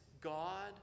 God